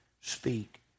speak